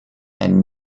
and